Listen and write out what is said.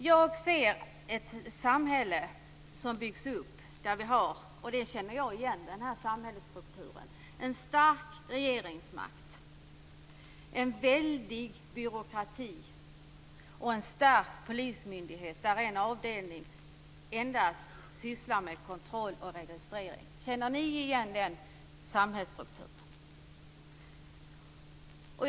Jag känner igen den samhällsstruktur som byggs upp med en stark regeringsmakt, en väldig byråkrati och en stark polismyndighet, där en avdelning sysslar endast med kontroll och registrering. Känner ni igen den samhällsstrukturen?